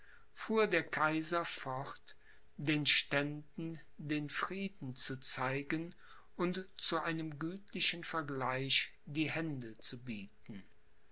fuhr der kaiser fort den ständen den frieden zu zeigen und zu einem gütlichen vergleich die hände zu bieten